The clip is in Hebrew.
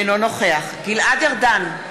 אינו נוכח גלעד ארדן,